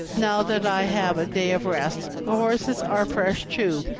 now that i have a day of rest the horses are fresh too,